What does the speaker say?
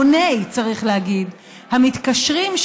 המוני המתקשרים,